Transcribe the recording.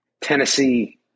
Tennessee